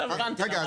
רגע,